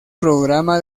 programa